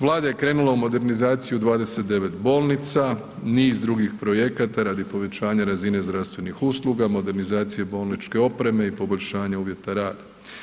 Vlada je krenula u modernizaciju 29 bolnica, niz drugih projekata radi povećanja razine zdravstvenih usluga, modernizacije bolničke opreme i poboljšanje uvjeta rada.